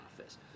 office